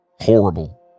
horrible